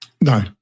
No